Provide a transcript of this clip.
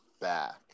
back